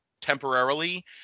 temporarily